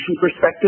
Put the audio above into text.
perspective